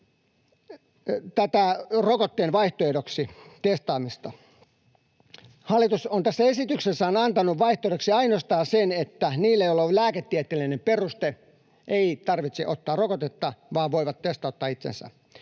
rokotteen vaihtoehdoksi. Hallitus on tässä esityksessään antanut vaihtoehdoksi ainoastaan sen, että niiden, joilla on lääketieteellinen peruste, ei tarvitse ottaa rokotetta vaan he voivat testauttaa itsensä.